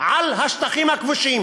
על השטחים הכבושים.